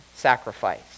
sacrifice